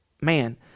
Man